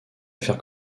faire